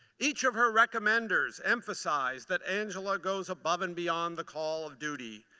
each of her recommenders emphasize that angela goes above and beyond the call of duty.